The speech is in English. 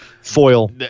foil